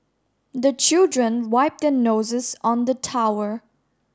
the children wipe their noses on the tower